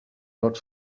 not